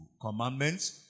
commandments